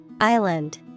Island